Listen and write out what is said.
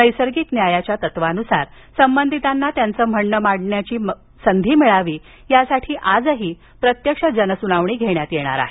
नैसर्गिक न्यायाच्या तत्वानुसार संबंधितांना त्यांच म्हणण मांडण्याची संधी मिळावी यासाठी आज प्रत्यक्ष जनसुनावणी घेण्यात येणार आहे